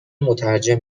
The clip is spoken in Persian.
مترجم